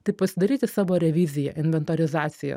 tai pasidaryti savo reviziją inventorizaciją